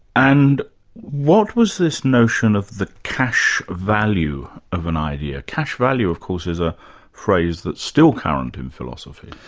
and what was this notion of the cash value of an idea? cash value, of course, is a phrase that's still current in philosophy.